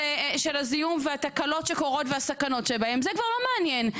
הזיהום והתקלות שקורות והסכנות שבהן זה כבר לא מעניין,